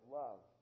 love